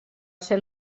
ser